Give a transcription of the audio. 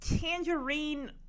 tangerine